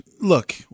look